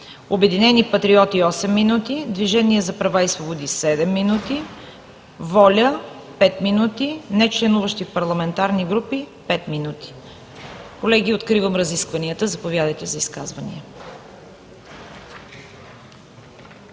„Обединени патриоти“ – 8 минути; Движение за права и свободи – 7 минути; „Воля“ – 5 минути; нечленуващи в парламентарни групи – 5 минути. Колеги, откривам разискванията. Заповядайте за изказвания.